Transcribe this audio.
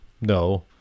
no